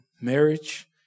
marriage